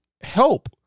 help